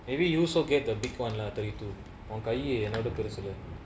maybe you also get the big one lah tell you to okay another present